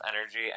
energy